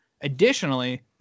additionally